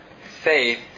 faith